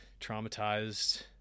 traumatized